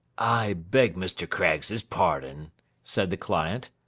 i beg mr. craggs's pardon said the client.